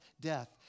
death